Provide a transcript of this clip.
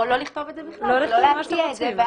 או לא לכתוב את זה בכלל ולא להציע את זה.